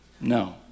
No